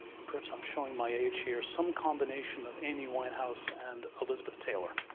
and perhaps i'm showing my age here, some combination of amy winehouse and elizabeth taylor.